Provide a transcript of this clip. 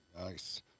Nice